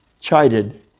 Chided